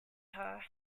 her